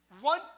One